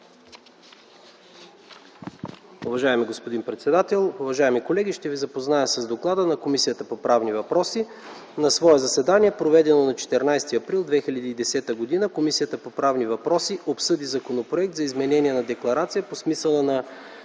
Уважаеми господин председател, уважаеми колеги! Ще Ви запозная с доклада на Комисията по правни въпроси: „На свое заседание, проведено на 14 април 2010 г., Комисията по правни въпроси обсъди Законопроект за приемане на Декларация по смисъла на